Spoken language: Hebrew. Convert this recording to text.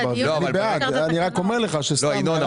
אני בעד, אני רק אומר את זה כהערת ביניים.